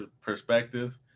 perspective